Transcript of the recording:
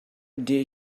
did